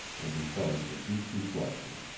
and he fell into deep reflection.